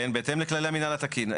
כן, בהתאם לכללי המינהל התקין.